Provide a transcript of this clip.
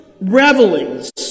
revelings